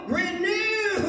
renew